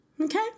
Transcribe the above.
Okay